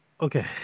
okay